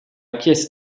pièce